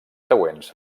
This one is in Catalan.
següents